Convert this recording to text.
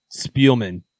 Spielman